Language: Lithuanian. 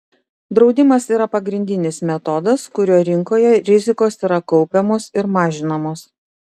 draudimas yra pagrindinis metodas kuriuo rinkoje rizikos yra kaupiamos ir mažinamos